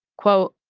quote,